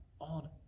on